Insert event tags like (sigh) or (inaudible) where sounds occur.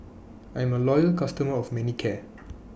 I'm A Loyal customer of Manicare (noise)